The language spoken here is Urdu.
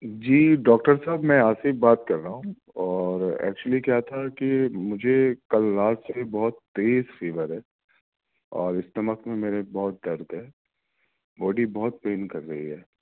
جی ڈاکٹر صاحب میں آصف بات کر رہا ہوں اور ایکچولی کیا تھا کہ مجھے کل رات سے بہت تیز فیور ہے اور اسٹمک میں میرے بہت درد ہے باڈی بہت پین کر رہی ہے